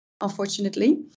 unfortunately